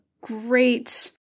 great